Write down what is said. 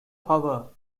hour